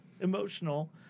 emotional